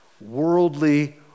worldly